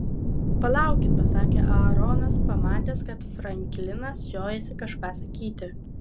palaukit pasakė aaronas pamatęs kad franklinas žiojasi kažką sakyti